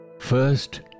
First